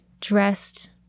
dressed